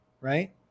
right